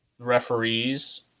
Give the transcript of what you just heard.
referees